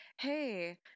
hey